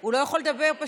הוא לא יכול לדבר, פשוט.